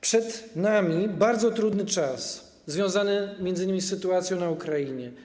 Przed nami bardzo trudny czas związany m.in. z sytuacją na Ukrainie.